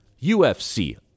UFC